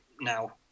now